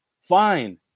fine